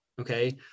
okay